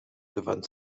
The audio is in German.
gewann